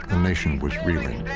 the nation was reeling.